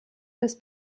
des